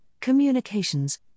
communications